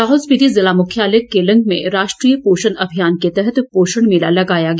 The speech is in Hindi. लाहौल स्पीति जिला मुख्यालय केलंग में राष्ट्रीय पोषण अभियान के तहत पोषण मेला लगाया गया